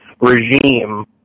regime